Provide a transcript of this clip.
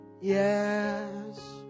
Yes